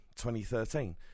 2013